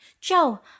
Joe